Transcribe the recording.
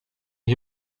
die